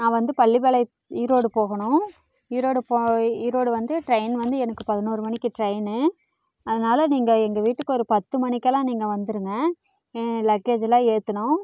நான் வந்து பள்ளிபாளையத்து ஈரோடு போகணும் ஈரோடு போய் ஈரோடு வந்து ட்ரெயின் வந்து எனக்கு பதினோரு மணிக்கு ட்ரெயினு அதனால் நீங்கள் எங்கள் வீட்டுக்கு ஒரு பத்து மணிக்கெல்லாம் நீங்கள் வந்திருங்க லக்கேஜெல்லாம் ஏற்றணும்